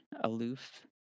aloof